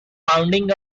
founding